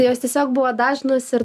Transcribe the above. jos tiesiog buvo dažnos ir